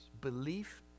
Belief